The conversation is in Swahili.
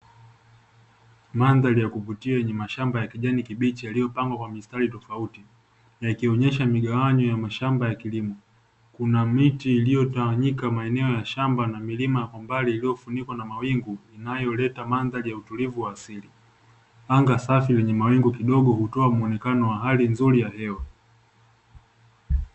Mandhari ya kuvutia yenye mashamba ya kijani kibichi yaliyopangwa kwa mistari tofauti, na ikionyesha migawanyo ya mashamba ya kilimo, kuna miti iliyotawanyika maeneo ya shamba na milima kwa mbali iliyofunikwa na mawingu inayoleta mandhari ya utulivu wa asili, anga safi lenye mawingu kidogo hutoa muonekano wa hali nzuri ya hewa.